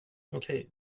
okej